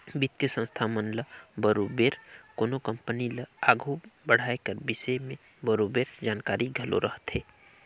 बित्तीय संस्था मन ल बरोबेर कोनो कंपनी ल आघु बढ़ाए कर बिसे में बरोबेर जानकारी घलो रहथे